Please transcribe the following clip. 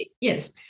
Yes